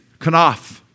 kanaf